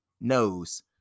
knows